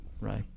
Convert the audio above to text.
right